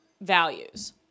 values